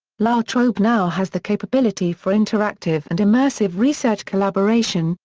la trobe now has the capability for interactive and immersive research collaboration,